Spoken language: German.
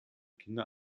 kinder